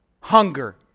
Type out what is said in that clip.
Hunger